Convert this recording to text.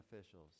officials